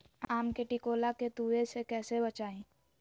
आम के टिकोला के तुवे से कैसे बचाई?